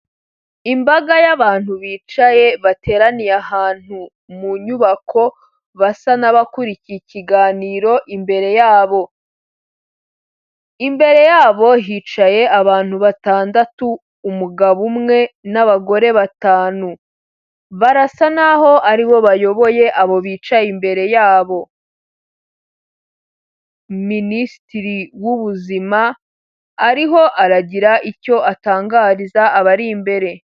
Imbaga y'abantu bicaye bateraniye ahantu mu nyubako, basa n'abakurikiye ikiganiro imbere yabo, imbere yabo hicaye abantu batandatu umugabo umwe n'abagore batanu, barasa naho aribo bayoboye abo bicaye imbere yabo, Minisitiri w'Ubuzima ariho aragira icyo atangariza abari imbere.